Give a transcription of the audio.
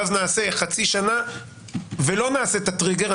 ואז נעשה חצי שנה ולא נעשה את הטריגר.